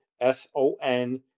S-O-N